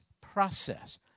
process